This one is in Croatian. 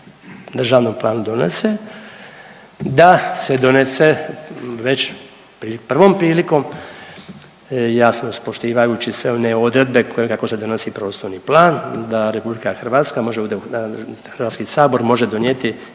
državnom planu donese, da se donese već prvom prilikom jasno uz poštivajući sve one odredbe koje kako se donosi prostorni plan, da RH može, da Hrvatski sabor može donijeti